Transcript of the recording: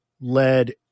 led